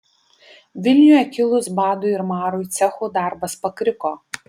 vilniuje kilus badui ir marui cechų darbas pakriko